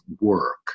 work